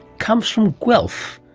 comes from guelph,